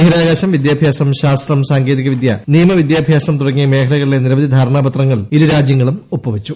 ബഹിരാകാശം വിദ്യാഭ്യാസം ശാസ്ത്രം സാങ്കേതികവിദ്യ നിയമവിദ്യാഭ്യാസം തുടങ്ങിയ മേഖലകളിലെ നിരവധി ധാരണാ പത്രങ്ങളിൽ ഇരുരാജ്യങ്ങളും ഒപ്പുവച്ചു